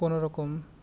ᱠᱚᱱᱚ ᱨᱚᱠᱚᱢ